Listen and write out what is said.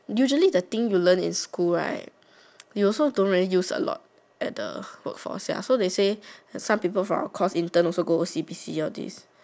usually the thing you learn in school right you also don't usually use a lot at the workforce ya so they say some people from our course intern also go o_c_b_c all these